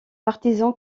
partisan